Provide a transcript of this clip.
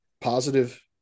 positive